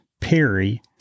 Perry